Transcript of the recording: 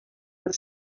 per